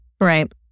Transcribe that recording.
Right